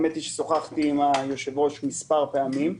למען האמת שוחחתי עם היושב-ראש מספר פעמים.